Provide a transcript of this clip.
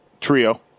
trio